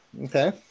Okay